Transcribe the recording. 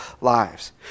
lives